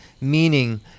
Meaning